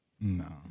No